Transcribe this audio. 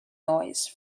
noise